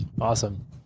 Awesome